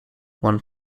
one